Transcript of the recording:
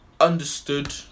understood